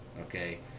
okay